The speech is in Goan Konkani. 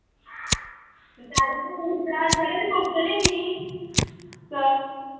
आतां उरता सगळ्यांक मारतली न्ही स